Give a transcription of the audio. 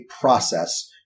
process